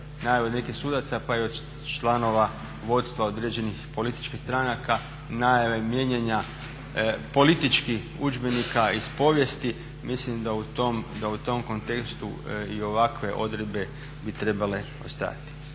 najave nekih sudaca pa i od članova vodstva određenih političkih stranaka, najave mijenjanja političkih udžbenika iz povijesti. Mislim da u tom kontekstu i ovakve odredbe bi trebale ostajati.